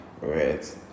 right